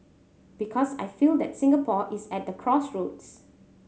because I feel that Singapore is at the crossroads